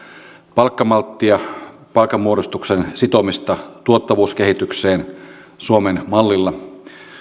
palkkamalttia palkanmuodostuksen sitomista tuottavuuskehitykseen suomen mallilla